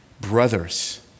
Brothers